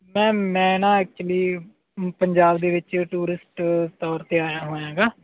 ma'am ਮੈਂ ਨਾ actually Punjab ਦੇ ਵਿੱਚ ਟੂਰਿਸਟ ਤੌਰ 'ਤੇ ਆਇਆ ਹੋਇਆ ਹੈਗਾ